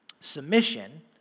Submission